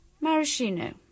Maraschino